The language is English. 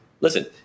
listen